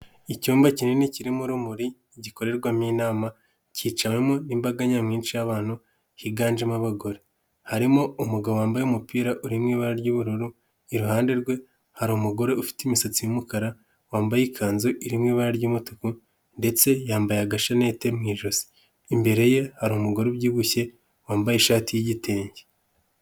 Icyumba kinini kirimo urumuri gikorerwamo inama cyicawemo n'imbaga nyamwinshi y'abantu higanjemo abagore, harimo umugabo wambaye umupira uri mu ibara ry'ubururu iruhande rwe hari umugore ufite imisatsi y'umukara wambaye ikanzu iri mu ibara ry'umutuku ndetse yambaye agashanete mu ijosi, imbere ye hari umugore ubyibushye wambaye ishati y'igitenge.